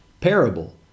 parable